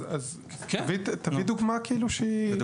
אז תביא דוגמה כאילו שהיא --- בסדר,